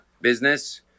business